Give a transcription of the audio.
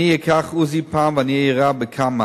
אני אקח "עוזי" פעם ואני אירה בכמה,